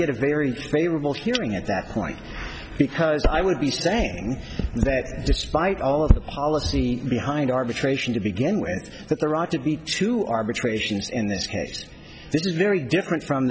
get a very favorable hearing at that point because i would be saying that despite all of the policy behind arbitration to begin with that there ought to be two arbitrations in this case this is very different from